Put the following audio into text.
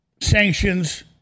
sanctions